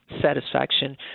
satisfaction